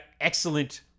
excellent